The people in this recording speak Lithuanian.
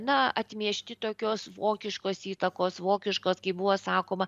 na atmiešti tokios vokiškos įtakos vokiškos kaip buvo sakoma